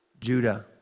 Judah